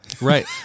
Right